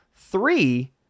Three